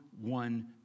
one